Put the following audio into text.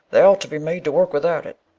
they ought to be made to work without it.